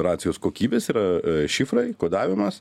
racijos kokybės yra šifrai kodavimas